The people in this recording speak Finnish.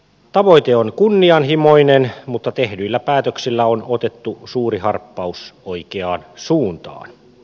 tavoite on kunnianhimoinen mutta tehdyillä päätöksillä on otettu suuri harppaus oikeaan suuntaan